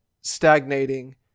stagnating